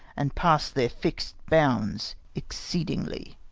and pass their fixed bounds exceedingly.